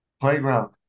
playground